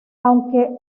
aunque